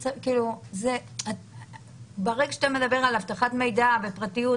ברגע שאתה מדבר על אבטחת מידע ופרטיות,